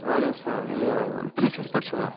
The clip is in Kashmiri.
وعلیکُم سلام یہِ پُلیٖسس پٮ۪ٹھ چھُوا